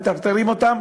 ומטרטרים אותם